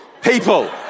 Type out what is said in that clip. people